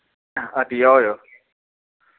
हट्टियै ओयो